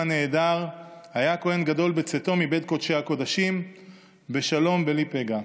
מה נהדר היה כוהן גדול בצאתו מבית קודשי הקודשים בשלום בלי פגע.